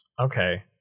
Okay